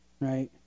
right